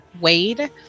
Wade